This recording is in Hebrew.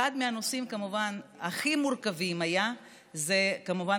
אחד מהנושאים הכי מורכבים היה כמובן